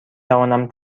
توانم